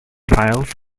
files